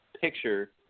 picture